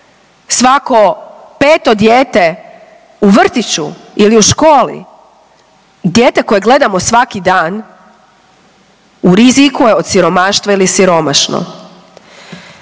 svako 5. dijete u vrtiću ili u školi, dijete koje gledamo svaki dan u riziku je od siromaštva ili siromašno.